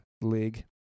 league